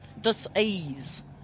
dis-ease